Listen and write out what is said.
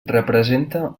representa